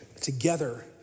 together